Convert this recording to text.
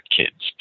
kids